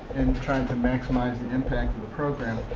in trying to maximize the impact of the program.